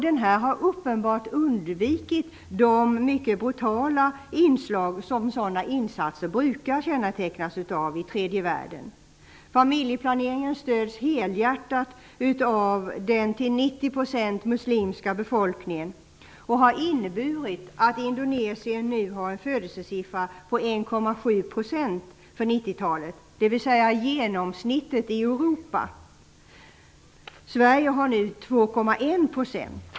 Man har då uppenbart undvikit de mycket brutala inslag som sådana insatser brukar kännetecknas av i tredje världen. Familjeplaneringen stöds helhjärtat av den till 90 % muslimska befolkningen och har inneburit att talet -- dvs. genomsnittet i Europa. I Sverige är motsvarande siffra nu 2,1 %.